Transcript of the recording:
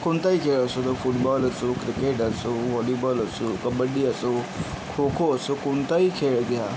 कोणताही खेळ असो तो फुटबॉल असो क्रिकेट असो व्हॉलीबॉल असो कबड्डी असो खोखो असो कोणताही खेळ घ्या